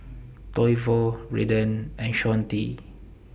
Toivo Redden and Shawnte